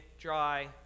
dry